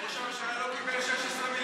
ראש הממשלה לא קיבל 16 מיליון,